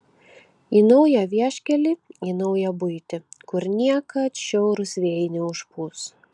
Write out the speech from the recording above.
į naują vieškelį į naują buitį kur niekad šiaurūs vėjai neužpūs